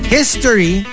History